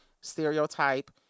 stereotype